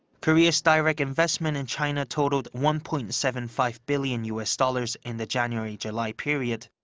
korea's direct investment in china totaled one point seven five billion u s. dollars in the january-july period,